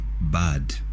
bad